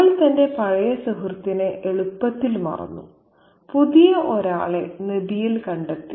അവൾ തന്റെ പഴയ സുഹൃത്തിനെ എളുപ്പത്തിൽ മറന്നു പുതിയ ഒരാളെ നബിയിൽ കണ്ടെത്തി